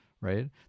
right